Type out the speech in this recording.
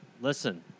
listen